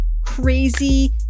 crazy